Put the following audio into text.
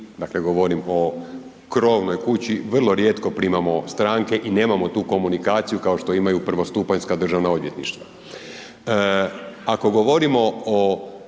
dakle govorim o krovnoj kući, vrlo rijetko primamo stranke i nemamo tu komunikaciju kao što imaju prvostupanjska državna odvjetništva. Ako govorimo o